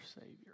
Savior